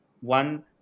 One